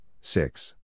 six